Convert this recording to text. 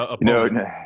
No